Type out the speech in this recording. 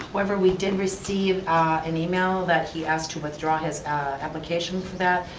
however, we did receive an email that he has to withdraw his application for that.